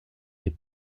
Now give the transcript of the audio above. des